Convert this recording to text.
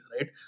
Right